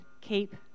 keep